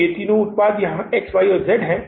तो ये तीन उत्पाद यहां एक्स वाई और जेड हैं